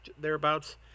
thereabouts